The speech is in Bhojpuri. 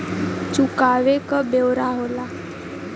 चुकावे क ब्योरा होला